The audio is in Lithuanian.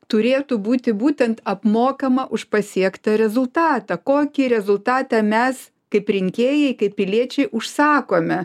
turėtų būti būtent apmokama už pasiektą rezultatą kokį rezultatą mes kaip rinkėjai kaip piliečiai užsakome